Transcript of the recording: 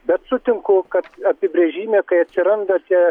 bet sutinku kad apibrėžime kai atsiranda tie